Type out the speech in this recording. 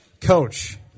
Coach